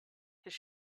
his